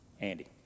Andy